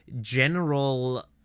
general